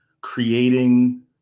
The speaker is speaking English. creating